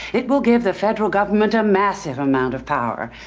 it will give the federal government a massive amount of power.